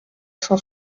cent